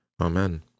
Amen